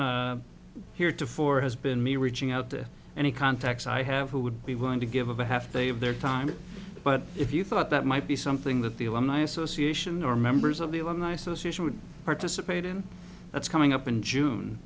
heretofore has been me reaching out to any contacts i have who would be willing to give a half day of their time but if you thought that might be something that the alumni association or members of the alumni association would participate in that's coming up in june